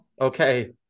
Okay